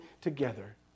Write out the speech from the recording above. together